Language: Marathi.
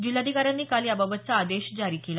जिल्हाधिकाऱ्यांनी काल याबाबतचा आदेश जारी केला